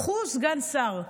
קחו סגן שר.